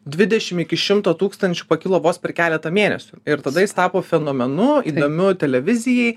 dvidešim iki šimto tūkstančių pakilo vos per keletą mėnesių ir tada jis tapo fenomenu įdomiu televizijai